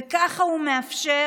וככה הוא מאפשר